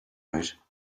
right